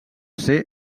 ser